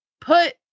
put